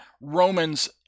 Romans